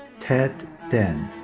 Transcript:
ted deng.